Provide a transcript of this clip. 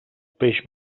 peix